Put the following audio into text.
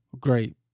Great